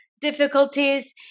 difficulties